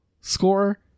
score